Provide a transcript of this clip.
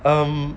um